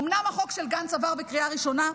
אומנם החוק של גנץ עבר בקריאה ראשונה,